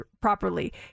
properly